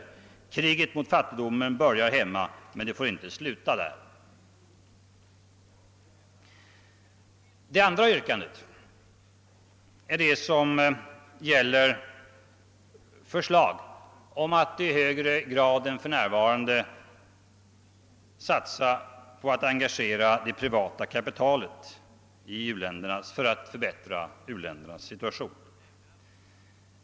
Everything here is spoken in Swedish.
Kriget mot fattigdomen börjar hemma, men det får inte sluta där . Det andra yrkandet är det som gäller förslag om att i högre grad än för närvarande sker satsa på att engagera det privata kapitalet för att förbättra u-ländernas situation.